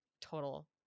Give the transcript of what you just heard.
total